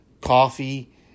coffee